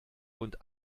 und